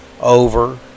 over